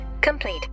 complete